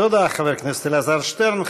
תודה, חבר הכנסת אלעזר שטרן.